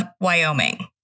Wyoming